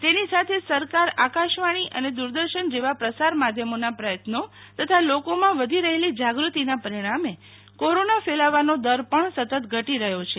તેની સાથે સરકાર આકાશવાણી અને દૂરદર્શન જેવાં પ્રસાર માધ્યમોના પ્રયત્નો તથા લોકોમાં વધી રહેલી જાગૃતિના પરિણામે કોરોના ફેલાવાનો દર પણ સતત ઘટી રહ્યો છે